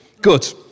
Good